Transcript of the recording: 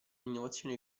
innovazioni